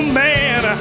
man